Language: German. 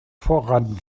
voran